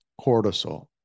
cortisol